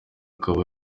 akaba